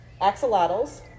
axolotls